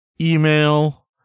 email